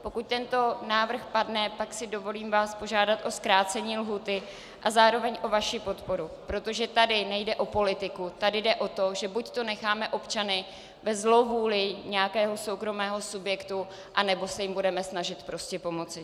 Pokud tento návrh padne, pak si vás dovolím požádat o zkrácení lhůty a zároveň o vaši podporu, protože tady nejde o politiku, tady jde o to, že buďto necháme občany ve zlovůli nějakého soukromého subjektu, anebo se jim budeme snažit prostě pomoci.